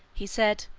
he said,